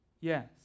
Yes